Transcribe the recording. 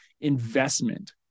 investment